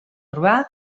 urbà